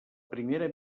primera